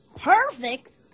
Perfect